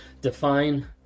define